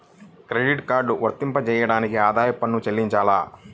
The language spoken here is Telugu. క్రెడిట్ కార్డ్ వర్తింపజేయడానికి ఆదాయపు పన్ను చెల్లించాలా?